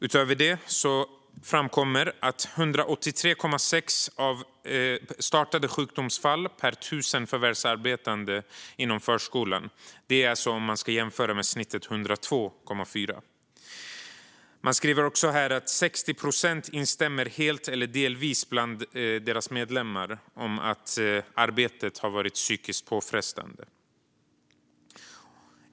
Utöver detta framkommer att det är 183,6 startade sjukfall per 1 000 förvärvsarbetande inom förskolan, att jämföra med snittet 102,4. Fackförbundet säger vidare att 60 procent av deras medlemmar instämmer helt eller delvis i att arbetet är psykiskt påfrestande.